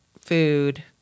food